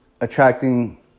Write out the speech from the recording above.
attracting